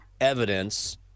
evidence